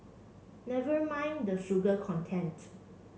never mind the sugar content